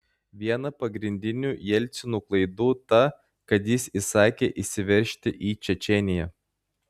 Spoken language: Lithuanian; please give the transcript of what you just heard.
viena pagrindinių jelcino klaidų ta kad jis įsakė įsiveržti į čečėniją